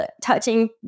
touching